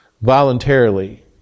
voluntarily